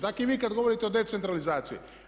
Tak i vi kad govorite o decentralizaciji.